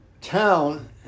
town